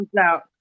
out